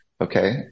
Okay